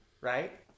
right